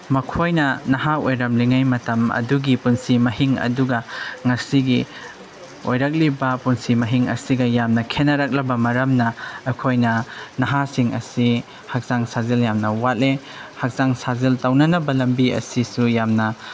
ꯃꯈꯣꯏꯅ ꯅꯍꯥ ꯑꯣꯏꯔꯝꯂꯤꯉꯩ ꯃꯇꯝ ꯑꯗꯨꯒꯤ ꯄꯨꯟꯁꯤ ꯃꯍꯤꯡ ꯑꯗꯨꯒ ꯉꯁꯤꯒꯤ ꯑꯣꯏꯔꯛꯂꯤꯕ ꯄꯨꯟꯁꯤ ꯃꯍꯤꯡ ꯑꯁꯤꯒ ꯌꯥꯝꯅ ꯈꯦꯠꯅꯔꯛꯂꯕ ꯃꯔꯝꯅ ꯑꯩꯈꯣꯏꯅ ꯅꯍꯥꯁꯤꯡ ꯑꯁꯤ ꯍꯛꯆꯥꯡ ꯁꯥꯖꯦꯜ ꯌꯥꯝꯅ ꯋꯥꯠꯂꯦ ꯍꯛꯆꯥꯡ ꯁꯥꯖꯦꯜ ꯇꯧꯅꯅꯕ ꯂꯝꯕꯤ ꯑꯁꯤꯁꯨ ꯌꯥꯝꯅ